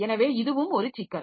எனவே இதுவும் ஒரு சிக்கல்